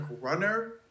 runner